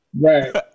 Right